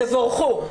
תבורכו.